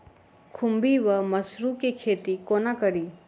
खुम्भी वा मसरू केँ खेती कोना कड़ी?